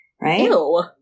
right